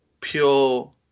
pure